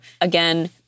again